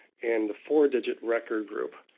and the four digit record group.